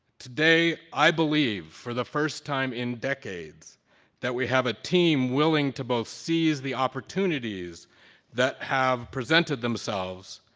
today i believe for the first time in decades that we have a team willing to both seize the opportunities that have presented themselves,